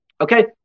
Okay